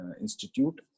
institute